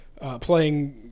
playing